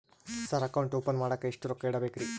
Sir account open ಮಾಡಾಕ ಎಷ್ಟು ರೊಕ್ಕ ಇಡಬೇಕ್ರಿ?